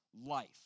life